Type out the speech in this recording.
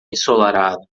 ensolarado